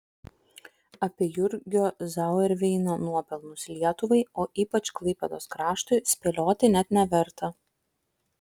apie jurgio zauerveino nuopelnus lietuvai o ypač klaipėdos kraštui spėlioti net neverta